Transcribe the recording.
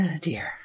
Dear